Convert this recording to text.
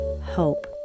hope